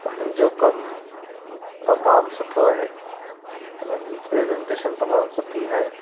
उन्हनि जो कमु तमामु सुठो आहे उन्हनि जी प्रेज़न्टेशन तमामु सुठी आहे